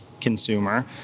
consumer